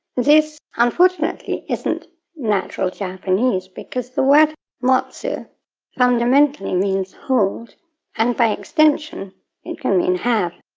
this, unfortunately, isn't natural japanese, because the word motsu fundamentally means hold and by extension it can mean have.